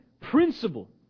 principle